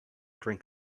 drank